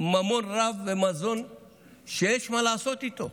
ממון רב ומזון שיש מה לעשות איתו.